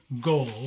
goal